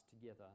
together